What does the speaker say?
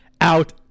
out